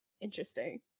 interesting